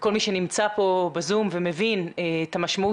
וכל מי שנמצא פה בזום ומבין את המשמעות